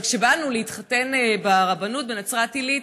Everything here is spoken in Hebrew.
אבל כשבאנו להתחתן ברבנות בנצרת עילית